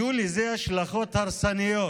יהיו לזה השלכות הרסניות